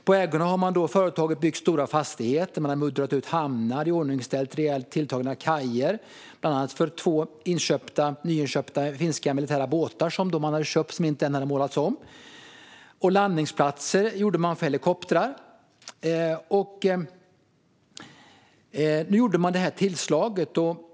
På ägorna har företaget byggt stora fastigheter, muddrat ut hamnar och iordningställt rejält tilltagna kajer, bland annat för två nyinköpta finska militära båtar som inte hade målats om än. Man gjorde också landningsplatser för helikoptrar. Tillslaget gjordes.